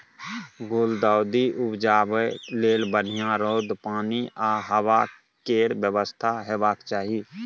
गुलदाउदी उपजाबै लेल बढ़ियाँ रौद, पानि आ हबा केर बेबस्था हेबाक चाही